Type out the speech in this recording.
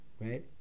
right